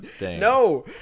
No